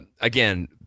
again